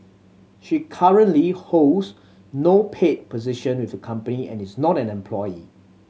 she currently holds no paid position with the company and is not an employee